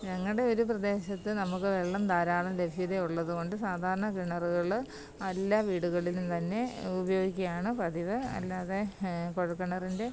ഞങ്ങളുടെയൊരു പ്രദേശത്ത് നമുക്ക് വെള്ളം ധാരാളം ലഭ്യതയുള്ളത് കൊണ്ട് സാധാരണ കിണറുകൾ അല്ല വീടുകളിലും തന്നെ ഉപയോഗിക്ക്യാണ് പതിവ് അല്ലാതെ കുഴല്ക്കിണറിന്റെ